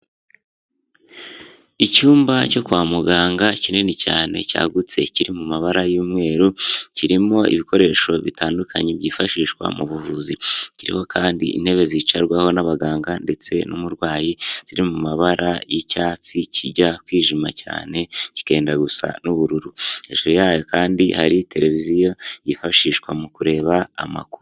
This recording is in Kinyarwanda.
Icyumba cyo kwa muganga kinini cyane cyagutse kiri mu mabara y'umweru, kirimo ibikoresho bitandukanye byifashishwa mu buvuzi, bukiriho kandi intebe zicarwaho n'abaganga ndetse n'umurwayi ziri mu mabara y'icyatsi kijya kwijima cyane kikenda gusa n'ubururu, hejuru yayo kandi hari televiziyo yifashishwa mu kureba amakuru.